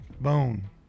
Bone